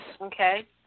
Okay